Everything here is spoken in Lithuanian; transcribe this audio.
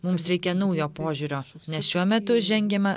mums reikia naujo požiūrio nes šiuo metu žengiame